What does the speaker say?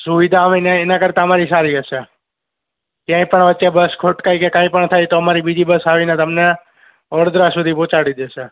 સુવિધા આવી ને એના કરતાં અમારી સારી હશે ક્યાંય પણ વચ્ચે બસ ખોટકાઈ કે કાંઈ પણ થાયે તો અમારી બીજી બસ આવીને તમને વડોદરા સુધી પહોંચાડી દેશે